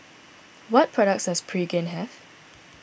what products does Pregain have